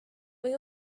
või